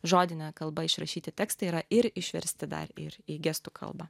žodine kalba išrašyti tekstai yra ir išversti dar ir į gestų kalbą